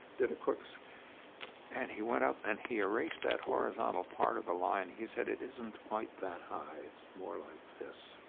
did a quick so and he went up and he erased that horizontal part of the line. he said, it isn't quite that high, it's more like this.